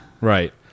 right